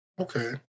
Okay